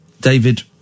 David